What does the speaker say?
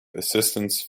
assistance